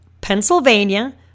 Pennsylvania